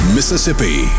Mississippi